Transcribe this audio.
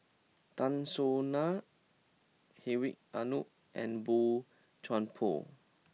Tan Soo Nan Hedwig Anuar and Boey Chuan Poh